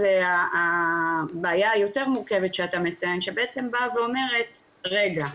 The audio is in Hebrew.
זו הבעיה היותר מורכבת שאתה מציין שבעצם באה ואומרת 'רגע,